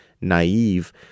naive